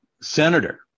senator